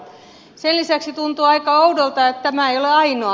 sen lisäksi tuntuu aika oudolta että tämä ei ole ainoa